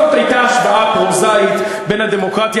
זאת הייתה השוואה פרוזאית בין הדמוקרטיה